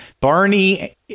Barney